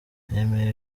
nemeye